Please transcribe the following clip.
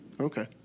Okay